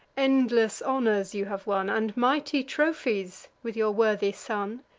endless honors, you have won, and mighty trophies, with your worthy son!